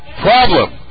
problem